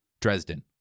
Dresden